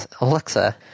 Alexa